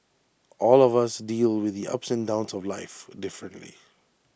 all of us deal with the ups and downs of life differently